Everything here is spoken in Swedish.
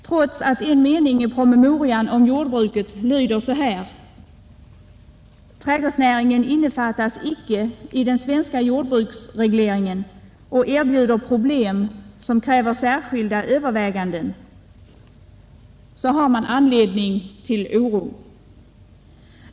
Trots att en mening i promemorian om jordbruket lyder så: ”Trädgårdsnäringen innefattas icke i den svenska jordbruksregleringen och erbjuder problem som kräver särskilda överväganden”, har man anledning att hysa oro.